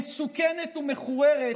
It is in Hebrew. מסוכנת ומכוערת,